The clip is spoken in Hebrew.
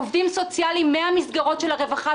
עובדים סוציאליים מהמסגרות של הרווחה,